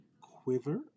Quiver